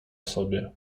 sobie